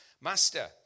Master